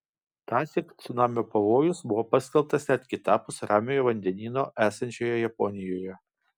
tąsyk cunamio pavojus buvo paskelbtas net kitapus ramiojo vandenyno esančioje japonijoje